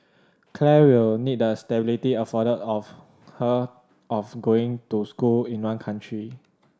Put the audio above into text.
Claire will need the stability afforded of her of going to school in one country